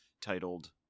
titled